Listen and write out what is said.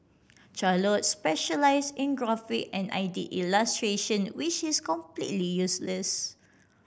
Charlotte specialise in graphic and I did illustration which is completely useless